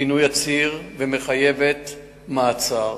פינוי הציר ומחייבת מעצר.